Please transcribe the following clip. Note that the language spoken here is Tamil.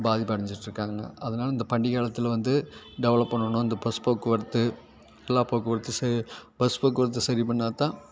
பாதிப்பு அடைஞ்சிட்டு இருக்காங்க அதனால் இந்த பண்டிகை காலத்தில் வந்து டெவலப் பண்ணணும் அந்த பஸ் போக்குவரத்து எல்லா போக்குவரத்து சே பஸ் போக்குவரத்து சரி பண்ணால்தான்